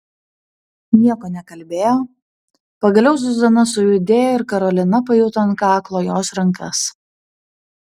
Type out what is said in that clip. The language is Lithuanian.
nieko nekalbėjo pagaliau zuzana sujudėjo ir karolina pajuto ant kaklo jos rankas